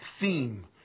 theme